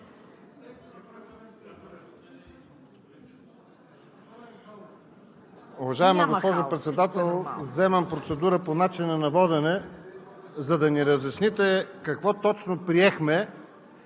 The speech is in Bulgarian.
Уважаема госпожо Председател, вземам процедура по начина на водене, за да ни разясните какво точно приехме